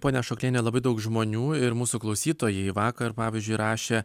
ponia ašokliene labai daug žmonių ir mūsų klausytojai vakar pavyzdžiui rašė